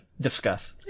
Discuss